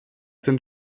sind